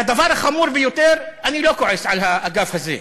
והדבר החמור ביותר, אני לא כועס על האגף הזה.